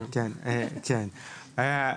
כיום,